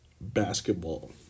basketball